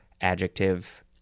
adjective